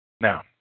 Now